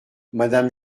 madame